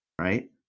Right